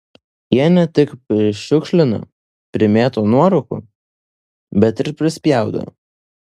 jie ne tik prišiukšlina primėto nuorūkų bet ir prispjaudo